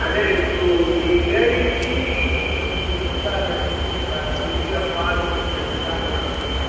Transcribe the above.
అదేలే ఇప్పుడు ఈ లేడీస్కి ఈ లంగాలని విడిగా ఫాలు గుడ్డలని అలా కూడా ఉన్నాయా